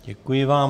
Děkuji vám.